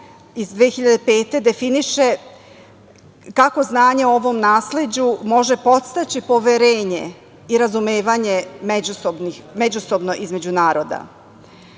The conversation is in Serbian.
iz 2005. godine definiše kako znanje o ovom nasleđu može podstaći poverenje i razumevanje međusobno između naroda. Što